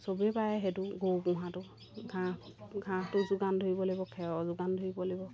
চবেই পাৰে সেইটো গৰু পোহাটো ঘাঁহ ঘাঁহটো যোগান ধৰিব লাগিব খেৰৰ যোগান ধৰিব লাগিব